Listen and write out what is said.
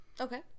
okay